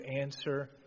answer